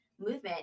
movement